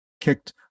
kicked